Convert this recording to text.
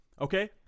Okay